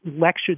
lecture